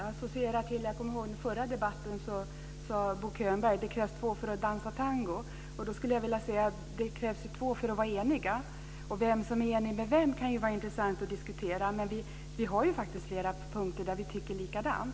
Fru talman! Jag kommer ihåg att i den förra debatten sade Bo Könberg att det krävs två för att dansa tango. Då skulle jag vilja säga att det krävs två för att vara eniga. Vem som är enig med vem kan vara intressant att diskutera. Men vi har ju faktiskt flera punkter där vi tycker likadant.